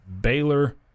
Baylor